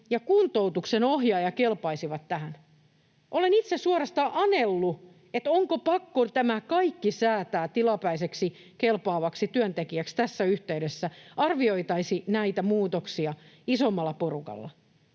ja kuntoutuksen ohjaaja kelpaisivat tähän. Olen itse suorastaan anellut, että onko pakko tämä kaikki säätää tilapäiseksi kelpaavaksi työntekijäksi tässä yhteydessä ja että arvioitaisiin näitä muutoksia isommalla porukalla.